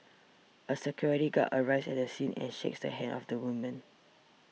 a security guard arrives at the scene and shakes the hand of the woman